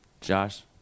Josh